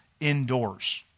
indoors